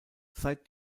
seit